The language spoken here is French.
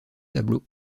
tableau